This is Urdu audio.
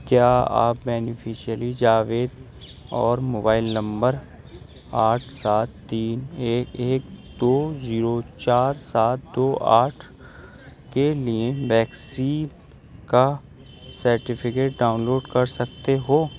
کیا آپ بینیفشیئری جاوید اور موبائل نمبر آٹھ سات تین ایک ایک دو زیرو چار سات دو آٹھ کے لیے ویکسین کا سرٹیفکیٹ ڈاؤن لوڈ کر سکتے ہو